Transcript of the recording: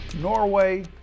Norway